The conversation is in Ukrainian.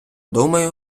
думаю